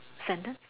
sentence